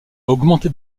augmenté